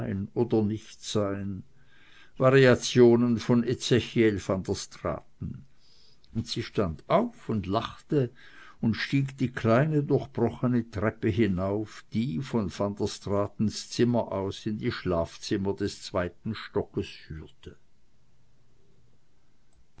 oder nichtsein variationen von ezechiel van der straaten und sie stand auf und lachte und stieg die kleine durchbrochene treppe hinauf die von van der straatens zimmer aus in die schlafzimmer des zweiten stockes führte